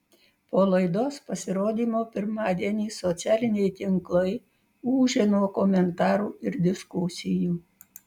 po laidos pasirodymo pirmadienį socialiniai tinklai ūžia nuo komentarų ir diskusijų